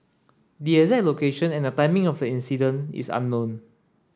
the exact location and the timing of the incident is unknown